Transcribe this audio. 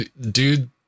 dude